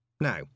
Now